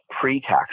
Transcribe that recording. pre-tax